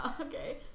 okay